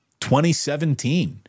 2017